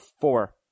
four